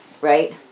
Right